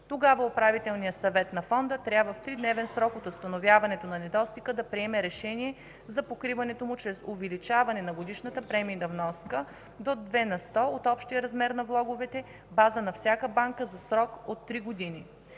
тогава Управителният съвет на Фонда трябва в тридневен срок от установяването на недостига да приеме решение за покриването му чрез увеличаване на годишната премийна вноска до 2 на сто от общия размер на влоговата база на всяка банка за срок до три години.